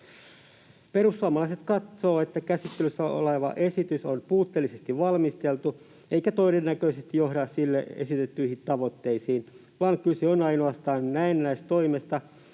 Perussuomalaiset katsovat, että käsittelyssä oleva esitys on puutteellisesti valmisteltu eikä todennäköisesti johda sille esitettyihin tavoitteisiin, vaan kyse on ainoastaan näennäistoimesta,